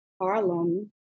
Harlem